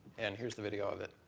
and here's the video of it.